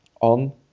on